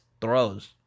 throws